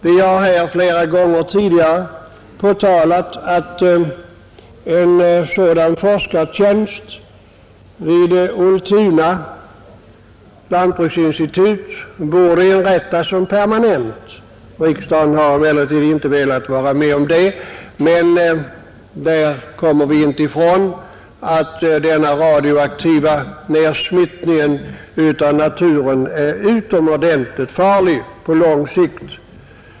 Vi har här flera gånger tidigare påtalat att en sådan forskartjänst borde inrättas som permanent vid Ultuna. Riksdagen har inte velat vara med om det. Vi kommer emellertid inte ifrån att denna radioaktiva nedsmittning av naturen på lång sikt är utomordentligt farlig.